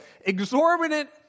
exorbitant